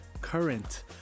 Current